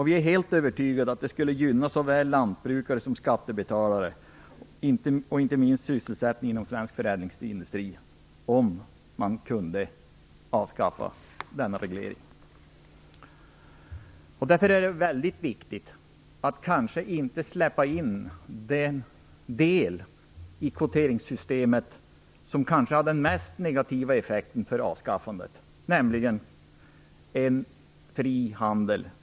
Vi är helt övertygade om att det skulle gynna såväl lantbrukare som skattebetalare och inte minst sysselsättningen inom svensk förädlingsindustri om denna reglering kunde avskaffas. Därför är det väldigt viktigt att inte släppa in den del av kvoteringssystemet som kanske har den mest negativa effekten för avskaffandet, nämligen en fri handel.